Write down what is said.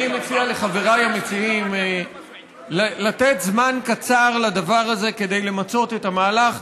אני מציע לחבריי המציעים לתת זמן קצר לדבר הזה כדי למצות את המהלך.